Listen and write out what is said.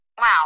Wow